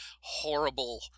horrible